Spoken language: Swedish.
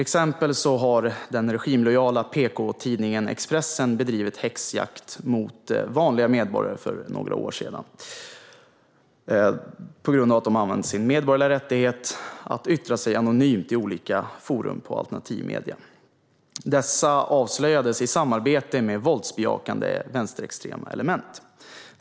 Exempelvis bedrev den regimlojala PK-tidningen Expressen för några år sedan en häxjakt på vanliga medborgare på grund av att de använt sin medborgerliga rättighet att yttra sig anonymt i olika forum i alternativa medier. Dessa avslöjades i samarbete med våldsbejakande vänsterextrema element.